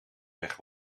weg